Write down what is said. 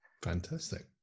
Fantastic